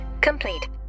complete